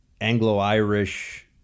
Anglo-Irish